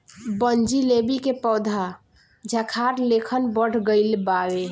बनजीलेबी के पौधा झाखार लेखन बढ़ गइल बावे